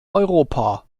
europa